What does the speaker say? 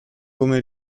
come